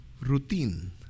routine